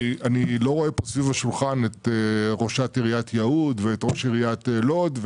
אני לא רואה פה סביב השולחן את ראשת עיריית יהוד ואת ראש עיריית לוד.